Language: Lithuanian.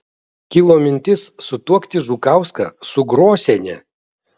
kilo mintis sutuokti žukauską su grosiene